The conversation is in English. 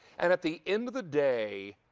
and at the end of the day,